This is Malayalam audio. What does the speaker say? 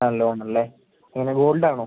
ആ ലോണല്ലേ എങ്ങനെ ഗോൾഡ് ആണോ